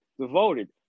devoted